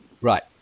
Right